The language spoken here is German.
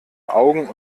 augen